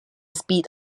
speed